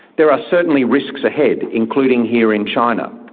there are certainly risks ahead, including here in china.